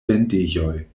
vendejoj